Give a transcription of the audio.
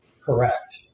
Correct